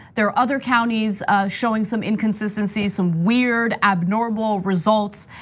there are other counties showing some inconsistency, some weird abnormal results.